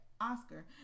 Oscar